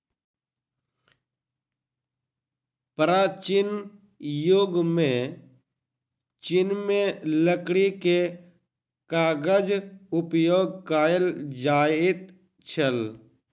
प्राचीन युग में चीन में लकड़ी के कागज उपयोग कएल जाइत छल